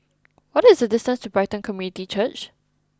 what is the distance to Brighton Community Church